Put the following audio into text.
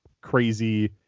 crazy